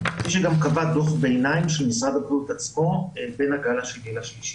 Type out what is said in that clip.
כפי שגם קבע דוח ביניים של משרד הבריאות עצמו בין הגל השני לשלישי.